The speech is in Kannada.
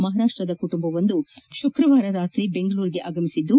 ಮಹಾರಾಷ್ಲದ ಕುಟುಂಬವೊಂದು ಶುಕ್ರವಾರ ರಾತ್ರಿ ಬೆಂಗಳೂರಿಗೆ ಆಗಮಿಸಿದ್ದು